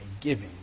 giving